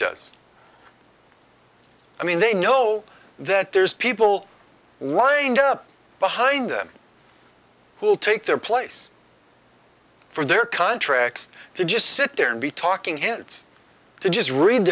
does i mean they know that there's people lined up behind them who'll take their place for their contracts to just sit there and be talking and to just read